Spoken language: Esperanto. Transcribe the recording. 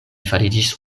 fariĝis